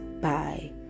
bye